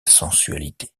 sensualité